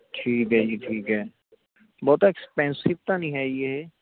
ਠੀਕ ਹੈ ਜੀ ਠੀਕ ਹੈ ਬਹੁਤਾ ਐਕਸਪੈਂਸਿਵ ਤਾਂ ਨਹੀਂ ਹੈ ਜੀ ਇਹ